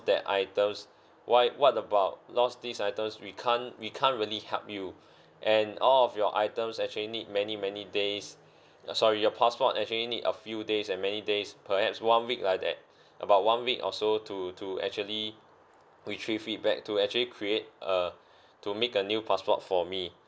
that items why what about lost these items we can't we can't really help you and all of your items actually need many many days uh sorry your passport actually need a few days and many days perhaps one week like that about one week or so to to actually retrieve it back to actually create a to make a new passport for me